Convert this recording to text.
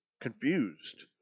confused